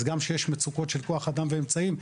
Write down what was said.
אז גם כשיש מצוקות של כוח אדם ואמצעים,